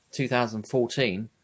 2014